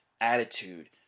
attitude